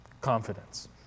Confidence